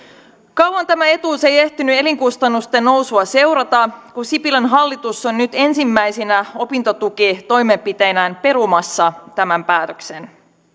kauan tämä etuus ei ehtinyt elinkustannusten nousua seurata kun sipilän hallitus on nyt ensimmäisinä opintotukitoimenpiteinään perumassa tämän päätöksen